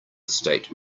state